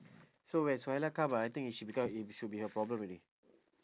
so when suhaila come ah I think if she become it should be her problem already